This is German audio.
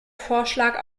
vorschlag